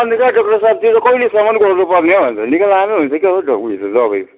अन्त कहाँ डाक्टर साब त्यो चाहिँ कहिलेसम्म गर्नु पर्ने हौ अन्त निकै लामै हुन्छ क्या हौ उयो त दबाई